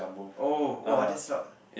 oh !woah! that's route